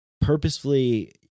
purposefully